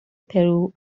پرو